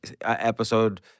episode